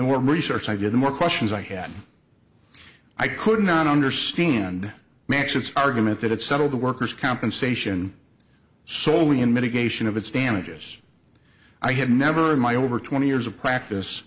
more research i did the more questions i had i could not understand max its argument that it settled the workers compensation soley in mitigation of its damages i have never in my over twenty years of practice